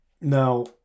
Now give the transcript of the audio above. now